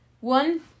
one